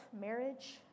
marriage